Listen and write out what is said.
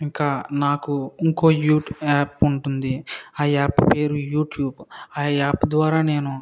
ఇంకా నాకు ఇంకో యు యాప్ ఉంటుంది ఆ యాప్ పేరు యూట్యూబ్ ఆ యాప్ ద్వారా నేను